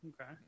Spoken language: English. Okay